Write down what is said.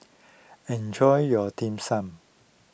enjoy your Dim Sum